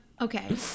okay